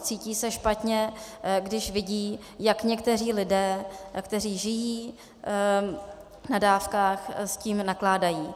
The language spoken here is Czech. Cítí se špatně, když vidí, jak někteří lidé, kteří žijí na dávkách, s tím nakládají.